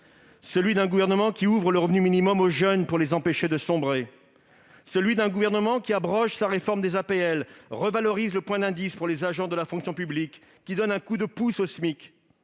celui d'un gouvernement qui ouvre le revenu minimum aux jeunes pour les empêcher de sombrer ; celui d'un gouvernement qui abroge sa réforme de l'aide personnalisée au logement, l'APL, qui revalorise le point d'indice pour les agents de la fonction publique et qui donne un coup de pouce au SMIC.